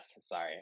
sorry